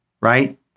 right